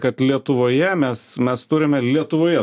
kad lietuvoje mes mes turime lietuvoje